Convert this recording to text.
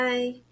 Bye